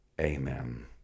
amen